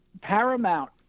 paramount